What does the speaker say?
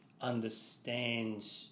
understand